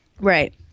Right